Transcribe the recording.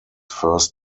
first